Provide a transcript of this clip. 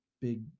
big